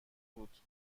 بود